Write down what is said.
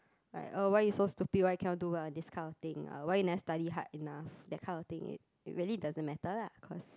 like oh why you so stupid why you cannot do well in these kind of thing uh why you never study hard enough that kind of thing it it really doesn't matter lah cause